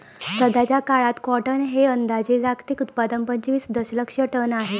सध्याचा काळात कॉटन हे अंदाजे जागतिक उत्पादन पंचवीस दशलक्ष टन आहे